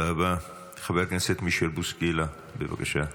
חבר הכנסת מישל בוסקילה, בבקשה.